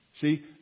See